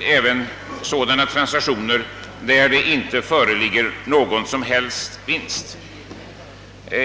även sådana transaktioner där ingen som helst vinst föreligger.